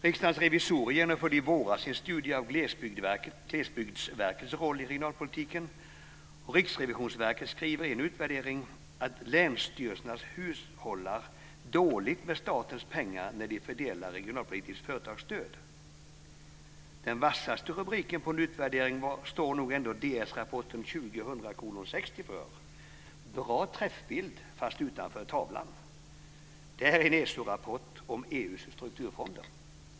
Riksdagens revisorer genomförde i våras en studie av Glesbygdsverkets roll i regionalpolitiken, och Riksrevisionsverket skriver i en utvärdering att "länsstyrelserna hushållar dåligt med statens pengar när de fördelar regionalpolitiskt företagsstöd". Den vassaste rubriken på en utvärdering står nog ändå Dsrapporten 2000:60 för: Bra träffbild, fast utanför tavlan. Det är en ESO-rapport om EU:s strukturfonder.